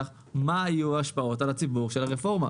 מה יהיו ההשפעות של הרפורמה על הציבור.